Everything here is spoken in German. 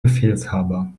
befehlshaber